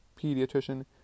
pediatrician